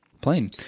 plain